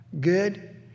good